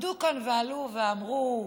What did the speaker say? עלו כאן ועמדו ואמרו: